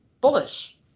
bullish